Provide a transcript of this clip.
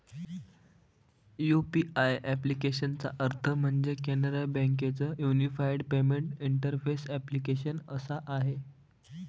UPI ॲप्लिकेशनचा अर्थ म्हणजे, कॅनरा बँके च युनिफाईड पेमेंट इंटरफेस ॲप्लीकेशन असा आहे